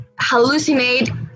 hallucinate